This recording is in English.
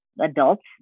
adults